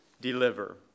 deliver